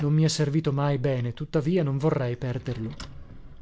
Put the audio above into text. non mi ha servito mai bene tuttavia non vorrei perderlo